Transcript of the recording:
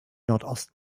nordost